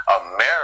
America